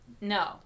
no